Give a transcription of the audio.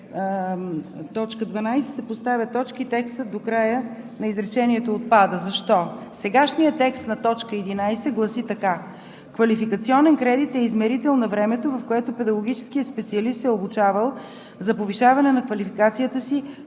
„т. 12“ се поставя точка и текстът до края на изречението отпада. Защо? Сегашният текст на т. 11 гласи така: „Квалификационен кредит е измерител на времето, в което педагогическият специалист се е обучавал за повишаване на квалификацията си